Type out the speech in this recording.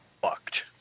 fucked